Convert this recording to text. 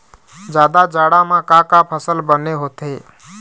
जादा जाड़ा म का का फसल बने होथे?